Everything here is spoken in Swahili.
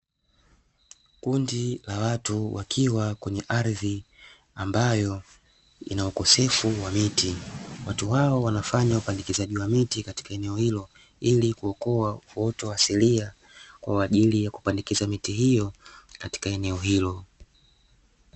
Kundi la watu wakiwa kwenye ardhi ambayo ina ukosefu wa miti, watu hao wanafanya upandikizaji wa miti katika eneo hilo ili kuokoa uoto wa asilia kwa ajili ya kupandikiza miti hiyo katika eneo hilo.